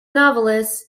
novelist